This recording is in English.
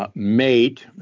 but mate,